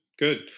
Good